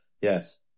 yes